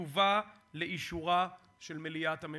יובא לאישורה של מליאת הממשלה.